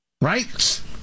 Right